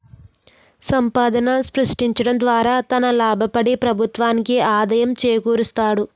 సంపాదన సృష్టించడం ద్వారా తన లాభపడి ప్రభుత్వానికి ఆదాయం చేకూరుస్తాడు